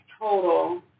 total